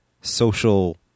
social